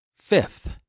Fifth